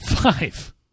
Five